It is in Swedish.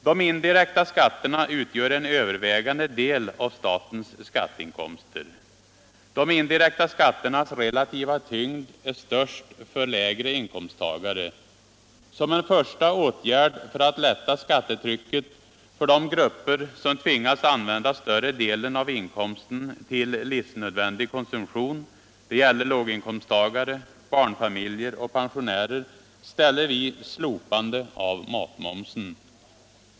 De indirekta skatterna utgör en övervägande del av statens skatteinkomster. De indirekta skatternas relativa tyngd är störst för lägre inkomsttagare. Som en första åtgärd för att lätta skatetrycket för de grupper som tvingas använda större delen av inkomsten till livsnödvändig konsumition — det gäller låginkomsttagare, barnfamiljer och pensionärer — ställer vi slopandet av matmomsen.